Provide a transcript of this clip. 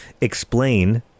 Explain